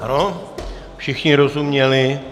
Ano, všichni rozuměli?